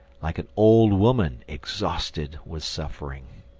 like an old woman exhausted with suffering.